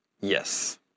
yes